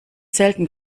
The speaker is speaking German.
selten